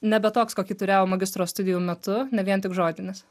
nebe toks kokį turėjau magistro studijų metu ne vien tik žodinis